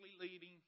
leading